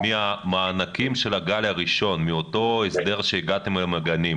להישאר בבית מאשר להכניס